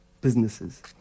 businesses